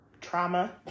Trauma